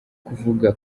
kuvuga